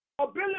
ability